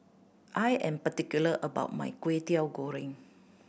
I am particular about my Kwetiau Goreng